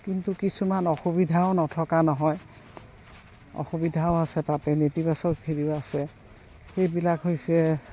কিন্তু কিছুমান অসুবিধাও নথকা নহয় অসুবিধাও আছে তাতে নেতিবাচক হেৰিও আছে সেইবিলাক হৈছে